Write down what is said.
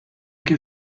che